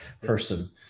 person